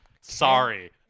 Sorry